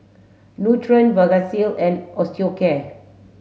Nutren Vagisil and Osteocare